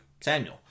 Samuel